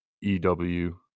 EW